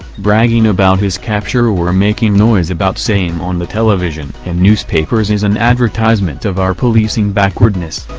bragging about his capture or making noise about same on the television and newspapers is an advertisement of our policing backwardness.